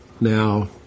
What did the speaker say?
Now